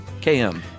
KM